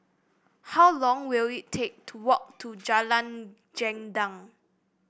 how long will it take to walk to Jalan Gendang